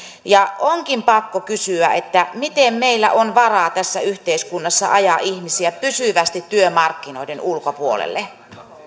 ja onkin pakko kysyä miten meillä on varaa tässä yhteiskunnassa ajaa ihmisiä pysyvästi työmarkkinoiden ulkopuolelle